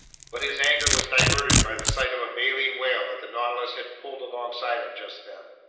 but his anger was diverted by the sight of a baleen whale that the nautilus had pulled alongside of just then.